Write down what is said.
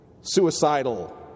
suicidal